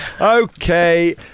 Okay